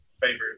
favorite